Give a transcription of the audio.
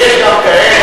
ויש גם כאלה,